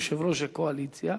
יושב-ראש הקואליציה,